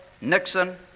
Nixon